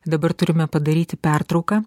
dabar turime padaryti pertrauką